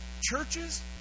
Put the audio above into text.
Churches